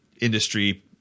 industry